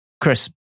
Chris